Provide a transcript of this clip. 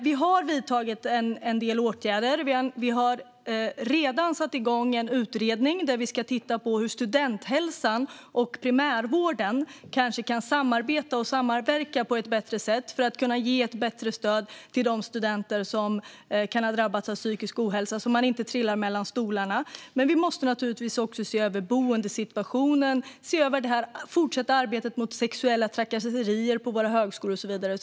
Vi har vidtagit en del åtgärder. Vi har redan satt igång en utredning som ska titta på hur studenthälsan och primärvården kanske kan samarbeta och samverka på ett bättre sätt och därmed ge ett bättre stöd till de studenter som kan ha drabbats av psykisk ohälsa, så att de inte trillar mellan stolarna. Men vi måste naturligtvis se över boendesituationen, fortsätta arbetet mot sexuella trakasserier på högskolorna och så vidare.